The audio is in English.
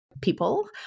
people